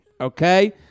Okay